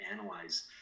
analyze